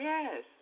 Yes